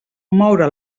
moure